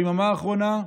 ביממה האחרונה,